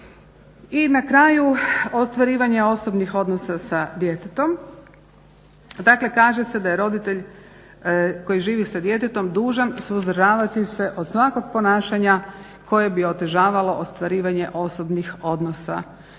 I na kraju ostvarivanje osobnih odnosa sa djetetom. Dakle, kaže se da je roditelj koji živi sa djetetom dužan suzdržavati se od svakog ponašanja koje bi otežavalo ostvarivanje osobnih odnosa sa djetetom